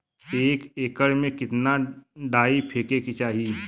एक एकड़ में कितना डाई फेके के चाही?